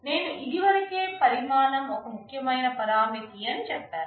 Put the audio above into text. నేను ఇది వరకే పరిమాణం ఒక ముఖ్యమైన పరామితి అని చెప్పాను